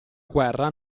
guerra